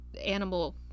animal